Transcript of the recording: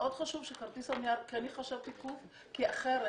חשוב מאוד שכרטיס הנייר כן ייחשב תיקוף כי אחרת